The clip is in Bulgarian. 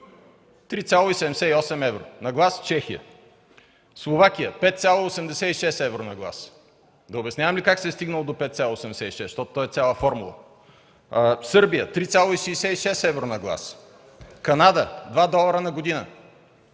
3,78 евро на глас; - Словакия – 5,86 евро на глас; Да обяснявам ли как се е стигнало до 5,86, защого това е цяла формула? - Сърбия – 3,66 евро на глас; - Канада – 2 долара на година;